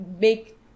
make